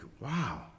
wow